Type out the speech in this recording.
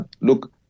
look